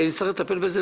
צריך לטפל בדברים האלה,